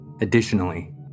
Additionally